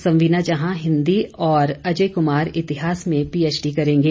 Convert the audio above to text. संविना जहां हिंदी और अजय कुमार इतिहास में पीएचडी करेंगे